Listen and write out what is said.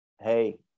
Hey